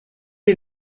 est